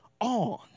on